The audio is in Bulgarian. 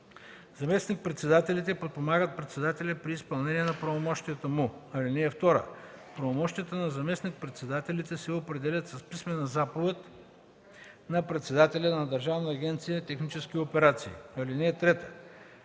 Заместник-председателите подпомагат председателя при изпълнение на правомощията му. (2) Правомощията на заместник-председателите се определят с писмена заповед на председателя на Държавна агенция „Технически операции”.